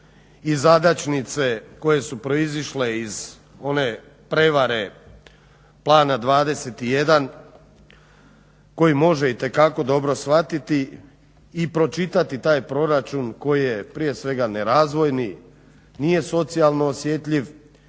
i zadaćnice koje su proizišle iz one prevare plana 21 koji može itekako dobro shvatiti i pročitati taj proračun koji je prije svega nerazvojni nije socijalno osjetljiv